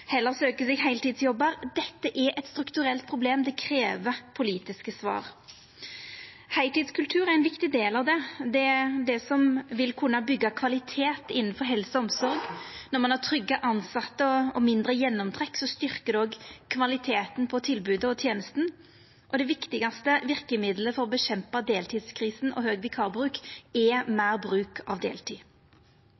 heller å søkje seg heiltidsjobbar. Dette er eit strukturelt problem, og det krev politiske svar. Heiltidskultur er ein viktig del av det, det er det som vil kunna byggja kvalitet innanfor helse og omsorg. Når ein har trygge tilsette og mindre gjennomtrekk, styrkjer det òg kvaliteten på tilbodet og tenesta, og det viktigaste verkemiddelet i kampen mot deltidskrisen og omfattande vikarbruk er meir bruk av heiltid. Så har me